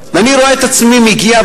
אני רואה את עצמי מגיע,